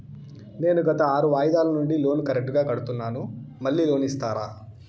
నేను గత ఆరు వాయిదాల నుండి లోను కరెక్టుగా కడ్తున్నాను, మళ్ళీ లోను ఇస్తారా?